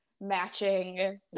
matching